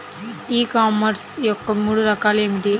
ఈ కామర్స్ యొక్క మూడు రకాలు ఏమిటి?